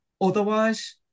Otherwise